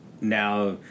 now